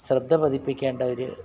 ശ്രദ്ധ പതിപ്പിക്കേണ്ട ഒരു